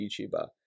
YouTuber